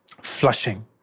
flushing